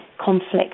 conflict